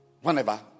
whenever